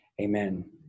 Amen